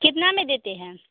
कितना में देते हैं